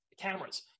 cameras